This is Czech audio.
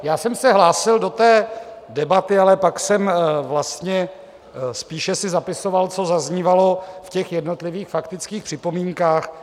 Já jsem se hlásil do té debaty, ale pak jsem si vlastně spíše zapisoval, co zaznívalo v jednotlivých faktických připomínkách.